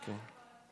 אוקיי.